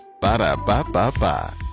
Ba-da-ba-ba-ba